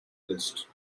list